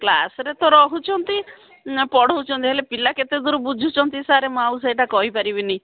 କ୍ଲାସରେେ ତ ରହୁଛନ୍ତି ପଢ଼ଉଛନ୍ତି ହେଲେ ପିଲା କେତେ ଦୂର ବୁଝୁଛନ୍ତି ସାର୍ ମୁଁ ଆଉ ସେଇଟା କହିପାରିବିନି